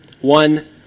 One